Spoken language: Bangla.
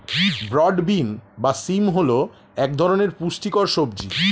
ব্রড বিন বা শিম হল এক ধরনের পুষ্টিকর সবজি